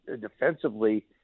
defensively